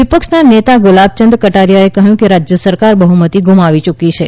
વિપક્ષી નેતા ગુલાબચંદ કટારિયાએ કહ્યું કે રાજ્ય સરકાર બહ્મતી ગુમાવી યૂકી છે